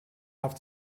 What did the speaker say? have